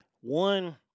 One